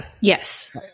Yes